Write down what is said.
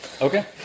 Okay